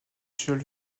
jeune